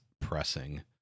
pressing